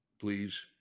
Please